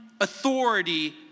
authority